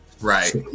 Right